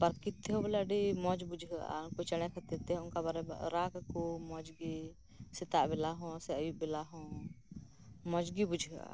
ᱯᱨᱟᱠᱤᱨᱤᱛᱤ ᱦᱚᱸ ᱢᱟᱱᱮ ᱟᱸᱰᱤ ᱢᱚᱸᱡ ᱵᱩᱡᱷᱟᱹᱜᱼᱟ ᱩᱱᱠᱩ ᱪᱮᱬᱮ ᱠᱚ ᱠᱷᱟᱹᱛᱤᱨ ᱛᱮ ᱨᱟᱜ ᱟᱠᱚ ᱢᱚᱸᱡ ᱜᱮ ᱥᱮᱛᱟ ᱵᱮᱞᱟ ᱦᱚᱸ ᱟᱹᱭᱩᱵ ᱵᱮᱞᱟ ᱦᱚᱸ ᱢᱚᱸᱡ ᱜᱮ ᱵᱩᱡᱷᱟᱹᱜᱼᱟ